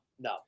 no